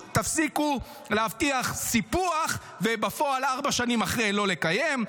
תפסיקו להבטיח סיפוח ובפועל ארבע שנים אחרי לא לקיים.